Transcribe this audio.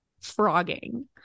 frogging